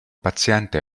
paziente